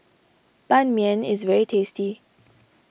Ban Mian is very tasty